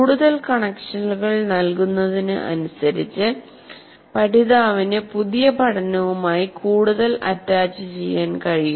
കൂടുതൽ കണക്ഷനുകൾ നൽകുതിന് അനുസരിച്ച് പഠിതാവിന് പുതിയ പഠനവുമായി കൂടുതൽ അറ്റാച്ചുചെയ്യാൻ കഴിയും